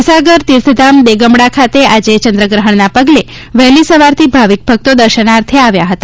મહીસાગર તીર્થધામ દેગમડા ખાતે આજે ચંદ્રગ્રહણના પગલે વહેલી સવારથી ભાવિક ભકતો દર્શનાર્થે આવ્યા હતા